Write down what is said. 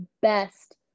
best